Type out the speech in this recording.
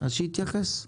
אז שיתייחס.